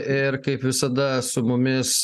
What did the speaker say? ir kaip visada su mumis